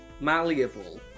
malleable